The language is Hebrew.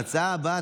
ההצעה הבאה,